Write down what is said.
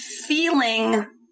feeling